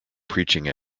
preaching